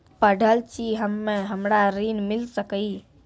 पढल छी हम्मे हमरा ऋण मिल सकई?